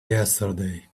yesterday